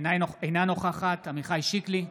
אינה נוכחת עמיחי שיקלי,